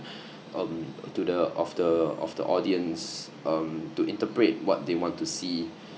um to the of the of the audience um to interpret what they want to see